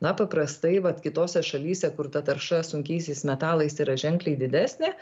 na paprastai vat kitose šalyse kur ta tarša sunkiaisiais metalais yra ženkliai didesnė